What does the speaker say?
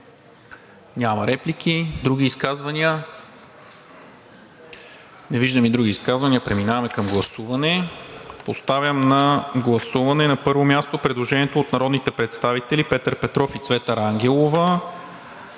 Няма реплики. Други изказвания? Не виждам и други изказвания. Преминаваме към гласуване. Поставям на гласуване на първо място предложението от народните представители Петър Петров и Цвета Рангелова